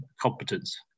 competence